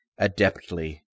adeptly